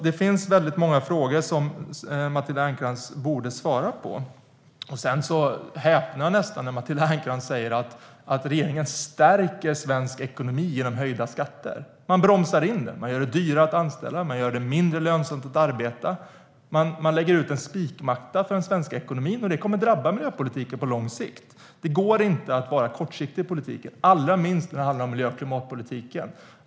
Det finns väldigt många frågor som Matilda Ernkrans borde svara på. Sedan häpnar jag nästan när Matilda Ernkrans säger att regeringen stärker svensk ekonomi genom höjda skatter. Man bromsar in den. Man gör det dyrare att anställa och mindre lönsamt att arbeta. Man lägger ut en spikmatta för den svenska ekonomin, och det kommer att drabba miljöpolitiken på lång sikt. Det går inte att vara kortsiktig i politiken, allra minst när det handlar om miljö och klimatpolitiken.